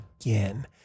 again